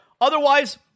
otherwise